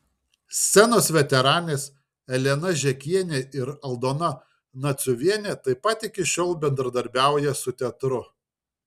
scenos veteranės elena žekienė ir aldona naciuvienė taip pat iki šiol bendradarbiauja su teatru